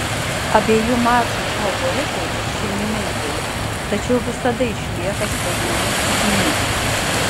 abiejų mačų favoritai bus šeimininkai tačiau visada išlieka staigmenos tikimybė